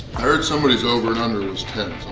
heard somebody's over and under was ten,